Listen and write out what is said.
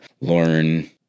learn